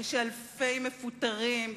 כשאלפים מפוטרים,